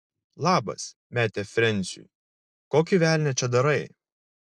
labas metė frensiui kokį velnią čia darai